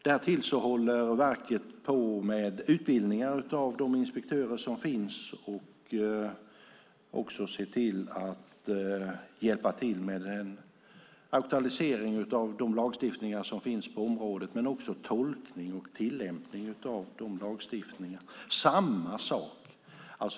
Därtill håller verket på med utbildning av de inspektörer som finns och ser också till att hjälpa till med aktualisering av den lagstiftning som finns på området, men också med tolkning och tillämpning av denna lagstiftning.